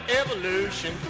evolution